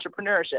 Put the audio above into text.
entrepreneurship